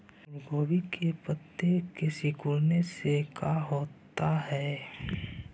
फूल गोभी के पत्ते के सिकुड़ने से का होता है?